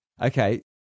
Okay